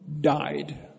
died